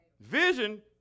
Vision